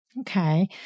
Okay